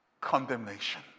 condemnation